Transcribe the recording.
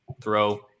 throw